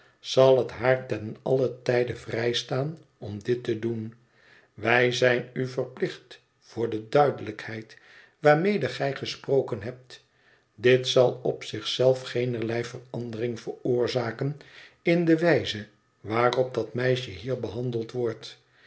zal het haar ten allen tijde vrijstaan om dit te doen wij zijn u verplicht voor de duidelijkheid waarmede gij gesproken hebt dit zal op zich zelf geenerlei verandering veroorzaken in de wijze waarop dat meisje hier behandeld wordt